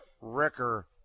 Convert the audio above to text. Wrecker